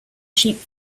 sheep